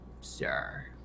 sir